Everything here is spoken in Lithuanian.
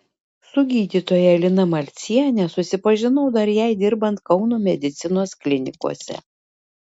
su gydytoja lina malciene susipažinau dar jai dirbant kauno medicinos klinikose